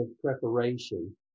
preparation